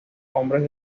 hombres